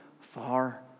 far